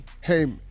Hey